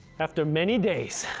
after many days,